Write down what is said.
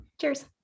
Cheers